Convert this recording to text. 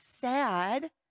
sad